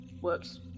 works